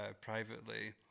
privately